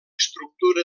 estructura